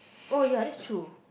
oh ya that's true